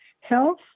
health